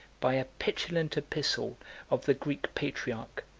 by a petulant epistle of the greek patriarch,